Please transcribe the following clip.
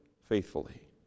faithfully